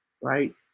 right